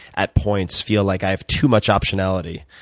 at points, feel like i have too much optionality,